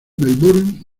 melbourne